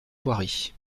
thoiry